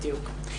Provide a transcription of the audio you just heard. בדיוק.